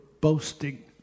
boasting